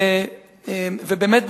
באמת,